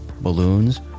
balloons